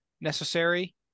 necessary